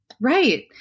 Right